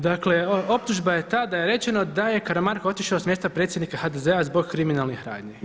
Dakle optužba je ta da je rečeno da je Karamarko otišao s mjesta predsjednik HDZ-a zbog kriminalnih radnji.